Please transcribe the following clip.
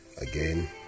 again